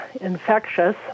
infectious